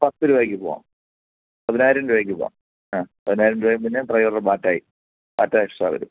പത്ത് രൂപയ്ക്ക് പോവാം പതിനായിരം രൂപയ്ക്ക് പോവാം ആ പതിനായിരം രൂപയും പിന്നെ ഡ്രൈവറിൻ്റെ ബാറ്റയും ബാറ്റ എക്സ്ട്രാ വരും